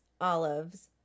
olives